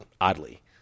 oddly